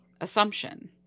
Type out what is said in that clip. assumption